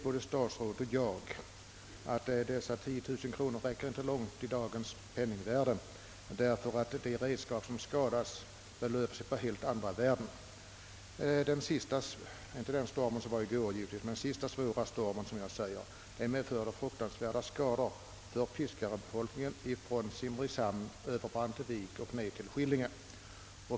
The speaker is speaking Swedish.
Både statsrådet och jag vet dock att 10 000 kronor inte räcker långt med dagens penningvärde. De redskap som det här gäller representerar helt andra värden. Den senaste svåra stormen — om jag inte räknar med gårdagens — medförde fruktansvärda skador på redskapen för fiskarbefolkningen från Simrishamn över Brantevik och ned till Skillinge.